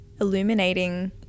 illuminating